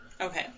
Okay